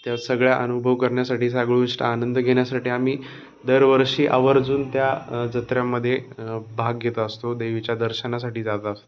त्या सगळ्या अनुभव करण्या्साठी सगळ गोष्ट आनंद घेण्यासाठी आम्ही दरवर्षी आवर्जून त्या जत्रामध्ये भाग घेतो असतो देवीच्या दर्शनासाठी जात असतो